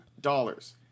dollars